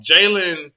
Jalen